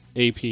AP